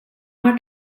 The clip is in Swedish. har